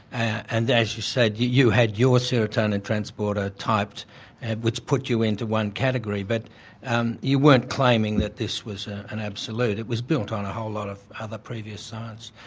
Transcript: and, as you said, you you had your serotonin transporter typed which put you into one category. but and you weren't claiming that this was an absolute, it was built on a whole lot of other previous science.